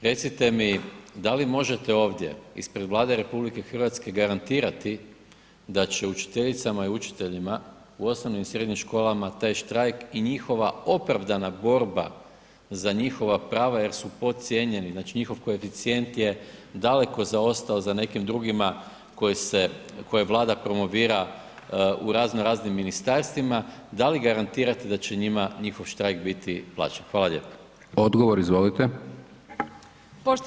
Recite mi da li možete ovdje ispred Vlade RH garantirati da će učiteljicama i učiteljima u osnovnim i srednjim školama taj štrajk i njihova opravdana borba za njihova prava jer su podcijenjeni, znači njihov koeficijent je daleko zaostao za nekim drugima koje Vlada promovira u razno raznim ministarstvima da li garantirate da će njima njihov štrajk biti plaćen?